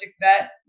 vet